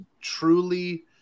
truly